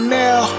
now